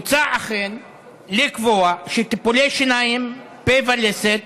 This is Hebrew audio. אם כן, מוצע לקבוע שטיפולי שיניים, פה ולסת